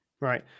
Right